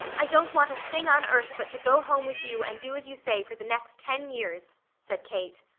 i don't want a thing on earth but to go home with you and do as you say for the next ten years, said kate.